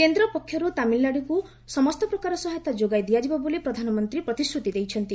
କେନ୍ଦ ପକ୍ଷରୂ ତାମିଲନାଡୁକୁ ସମସ୍ତ ପ୍ରକାର ସହାୟତା ଯୋଗାଇ ଦିଆଯିବ ବୋଲି ପ୍ରଧାନମନ୍ତ୍ରୀ ପ୍ରତିଶ୍ରତି ଦେଇଛନ୍ତି